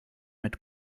mit